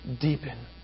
deepen